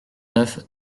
neuf